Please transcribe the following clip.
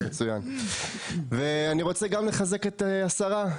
ואני רוצה גם לחזק את השרה,